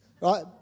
Right